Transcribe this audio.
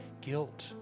guilt